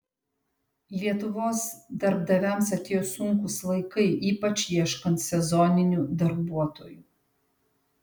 lietuvos darbdaviams atėjo sunkūs laikai ypač ieškant sezoninių darbuotojų